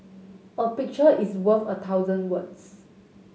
a picture is worth a thousand words